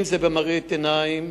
אם זה ממראית עיניים,